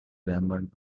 raymond